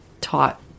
taught